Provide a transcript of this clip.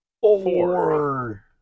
Four